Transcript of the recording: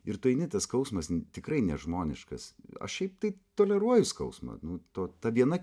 ir tu eini tas skausmas tikrai nežmoniškas aš šiaip tai toleruoju skausmą nu to ta viena